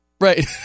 right